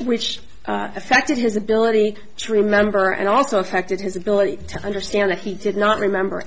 which affected his ability to remember and also affected his ability to understand that he did not remember